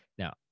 Now